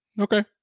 okay